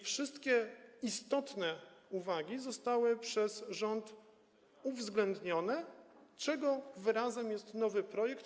Wszystkie istotne uwagi zostały przez rząd uwzględnione, czego wyrazem jest nowy projekt.